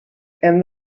and